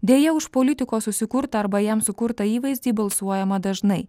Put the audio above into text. deja už politiko susikurtą arba jam sukurtą įvaizdį balsuojama dažnai